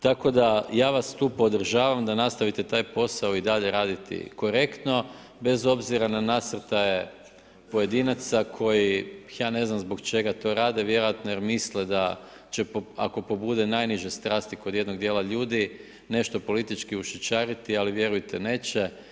Tako da ja vas tu podržavam da nastavite taj posao i dalje raditi korektno, bez obzira na nasrtaje pojedinaca, koje, ja ne znam, zbog čega to rade, vjerojatno jer misle, da ako probude najniže strasti kod jednog dijela ljudi, nešto politički ušeštariti, ali vjerujte neće.